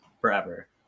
forever